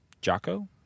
Jocko